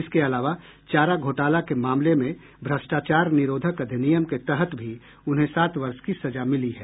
इसके अलावा चारा घोटाले के मामले में भ्रष्टाचार निरोधक अधिनियम के तहत भी उन्हें सात वर्ष की सजा मिली है